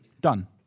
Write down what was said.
Done